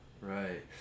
right